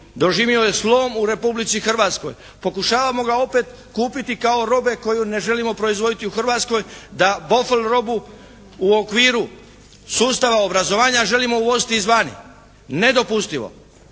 Doživio je slom u Republici Hrvatskoj. Pokušavamo ga opet kupiti kao robe koju ne želimo proizvoditi u Hrvatskoj da bofel robu u okviru sustava obrazovanja želimo uvoziti izvana. Nedopustivo.